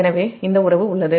எனவே இந்த உறவு உள்ளது